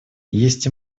есть